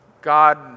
God